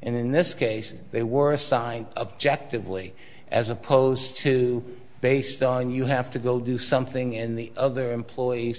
and in this case they were assigned objective lee as opposed to based on you have to go do something in the other employees